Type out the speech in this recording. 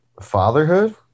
Fatherhood